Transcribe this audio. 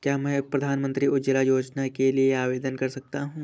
क्या मैं प्रधानमंत्री उज्ज्वला योजना के लिए आवेदन कर सकता हूँ?